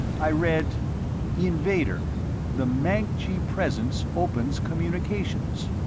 i read invader the mancji presence opens communications.